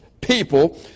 people